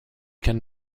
can